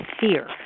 fear